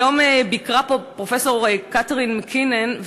היום ביקרה פה פרופסור קתרין מקינון,